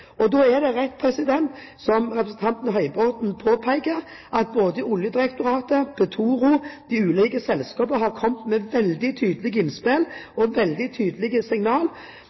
det rett, som representanten Høybråten påpeker, at både Oljedirektoratet, Petoro og de ulike selskapene har kommet med veldig tydelige innspill og veldig tydelige signal.